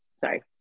Sorry